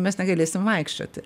mes negalėsim vaikščioti